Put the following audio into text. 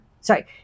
Sorry